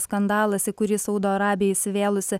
skandalas į kurį saudo arabija įsivėlusi